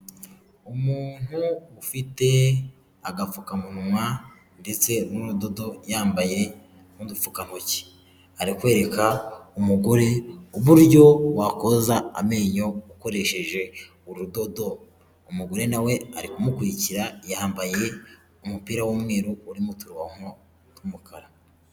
Umuntu ufite agapfukamunwa ndetse n'udodo yambaye n'udupfukantoki arikwereka umugore uburyo wakoza amenyo ukoresheje urudodo umugore nawe ari kumukurikira yambaye umupira w'umweru urimo turonko tw'umukara.